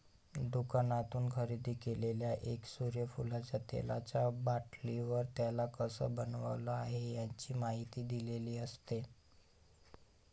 दुकानातून खरेदी केलेल्या एका सूर्यफुलाच्या तेलाचा बाटलीवर, त्याला कसं बनवलं आहे, याची माहिती दिलेली असते